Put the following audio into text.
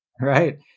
Right